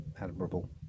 admirable